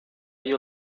you